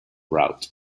route